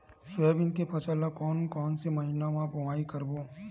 Soybean के फसल ल कोन कौन से महीना म बोआई करबो?